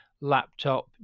laptop